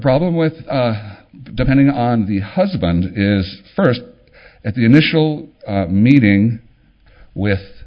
problem with depending on the husband is first at the initial meeting with